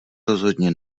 rozhodně